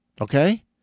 Okay